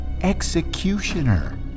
Executioner